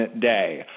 day